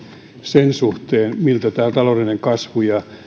sen suhteen miltä tämä taloudellinen kasvu ja